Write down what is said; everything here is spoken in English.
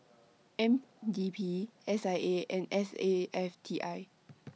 N D P S I A and S A F T I